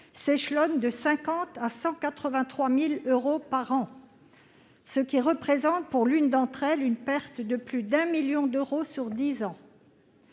s'échelonne de 50 000 à 183 000 euros par an, ce qui représente pour l'une de ces communes une perte de plus de 1 million d'euros sur dix ans.